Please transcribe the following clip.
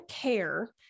care